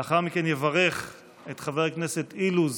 לאחר מכן יברך את חבר הכנסת אילוז